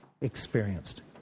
experienced